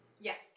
Yes